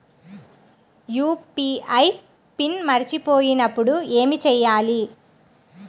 UPI pin మరచిపోయినప్పుడు ఏమి చేయాలి?